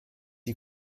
die